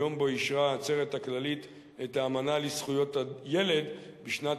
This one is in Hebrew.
היום שבו אישרה העצרת הכללית את האמנה בדבר זכויות הילד בשנת